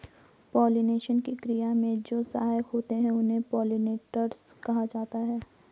pollination की क्रिया में जो सहायक होते हैं उन्हें पोलिनेटर्स कहा जाता है